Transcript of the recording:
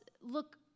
look